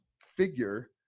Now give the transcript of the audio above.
figure